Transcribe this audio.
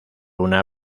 una